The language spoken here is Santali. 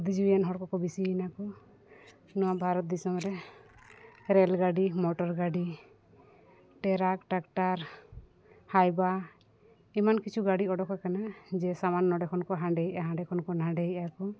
ᱵᱩᱫᱽᱫᱷᱤ ᱡᱤᱵᱤᱭᱟᱱ ᱦᱚᱲ ᱠᱚᱠᱚ ᱵᱤᱥᱤᱭᱮᱱᱟ ᱠᱚ ᱱᱚᱣᱟ ᱵᱷᱟᱨᱚᱛ ᱫᱤᱥᱚᱢ ᱨᱮ ᱨᱮᱹᱞ ᱜᱟᱹᱰᱤ ᱢᱚᱴᱚᱨ ᱜᱟᱹᱰᱤ ᱴᱮᱨᱟᱠ ᱴᱟᱠᱴᱟᱨ ᱦᱟᱭᱵᱟ ᱮᱢᱟᱱ ᱠᱤᱪᱷᱩ ᱜᱟᱹᱰᱤ ᱚᱰᱳᱠᱟᱠᱟᱱᱟ ᱡᱮ ᱥᱟᱢᱟᱱ ᱱᱚᱸᱰᱮᱠᱷᱚᱱ ᱠᱚ ᱦᱟᱸᱰᱮᱭᱮᱜᱼᱟ ᱦᱟᱸᱰᱮᱠᱷᱚᱱ ᱠᱚ ᱱᱟᱸᱰᱮᱭᱮᱜᱼᱟ ᱠᱚ